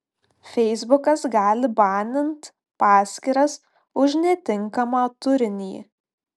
feisbukas gali banint paskyras už netinkamą turinį